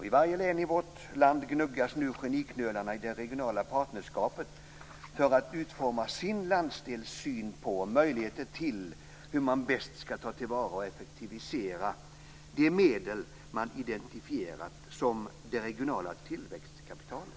I varje län i vårt land gnuggas nu geniknölarna i det regionala partnerskapet för att utforma sin landsdels syn på och möjligheter till hur man bäst skall ta till vara och effektivisera de medel man identifierat som det regionala tillväxtkapitalet.